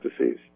disease